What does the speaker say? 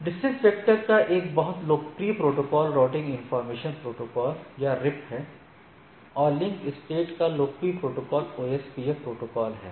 distance vector का एक बहुत लोकप्रिय प्रोटोकॉल राउटिंग इंफॉर्मेशन प्रोटोकॉल या RIP है और लिंक स्टेट का लोकप्रिय प्रोटोकॉल OSPF प्रोटोकॉल है